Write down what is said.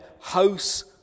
House